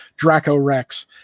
Dracorex